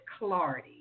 Clardy